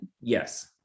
yes